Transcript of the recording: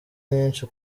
nyinshi